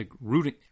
rooting